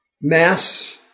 Mass